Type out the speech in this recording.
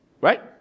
Right